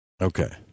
Okay